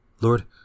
Lord